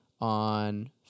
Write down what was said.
on